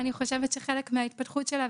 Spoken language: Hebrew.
אני חושבת שזה היה חלק מההתפתחות שלה,